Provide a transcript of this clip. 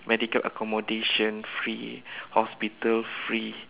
medical accommodation free hospital free